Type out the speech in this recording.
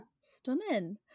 Stunning